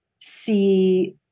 see